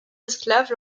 esclaves